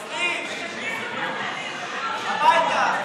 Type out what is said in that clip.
מספיק, הביתה.